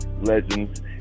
legends